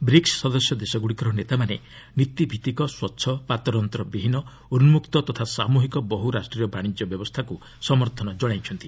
BRICS ସଦସ୍ୟ ଦେଶଗୁଡ଼ିକର ନେତାମାନେ ନୀତିଭିତ୍ତିକ ସ୍ୱଚ୍ଛ ପାତରଅନ୍ତର ବିହୀନ ଉନ୍ଲକ୍ତ ତଥା ସାମୃହିକ ବହୁ ରାଷ୍ଟ୍ରୀୟ ବାଣିଜ୍ୟ ବ୍ୟବସ୍ଥାକୁ ସମର୍ଥନ ଜଣାଇଛନ୍ତି